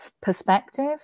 perspective